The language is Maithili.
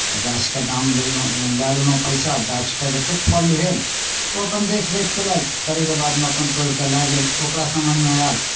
तऽ गाछके दाम लेलहुँ लए लेलहुँ पैसा गाछके जतेक फल भेल ओ अपन देखरेख कयलक करयके बादमे ओ अपन तोड़ि कऽ लए गेल ओकरा समझमे आयल